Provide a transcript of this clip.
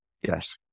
Yes